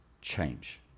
change